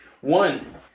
One